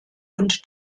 und